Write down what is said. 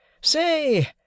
Say